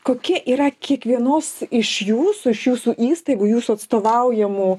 kokie yra kiekvienos iš jūsų iš jūsų įstaigų jūsų atstovaujamų